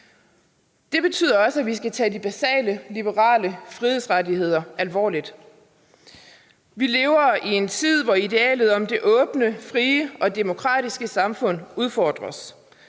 Det betyder også, at vi skal tage de basale liberale frihedsrettigheder alvorligt. Vi lever i en tid, hvor idealet om det åbne, frie og demokratiske samfund udfordres,